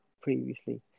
previously